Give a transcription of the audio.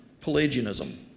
Pelagianism